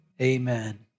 amen